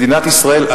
מדינת ישראל,